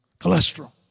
Cholesterol